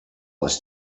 was